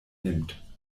nimmt